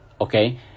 okay